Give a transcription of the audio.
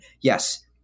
Yes